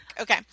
Okay